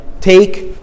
take